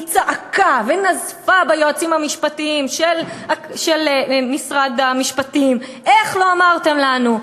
היא צעקה ונזפה ביועצים המשפטיים של משרד המשפטים: איך לא אמרתם לנו?